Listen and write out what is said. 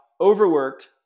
overworked